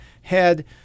head